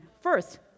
first